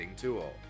tool